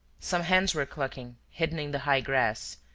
some hens were clucking, hidden in the high grass,